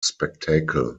spectacle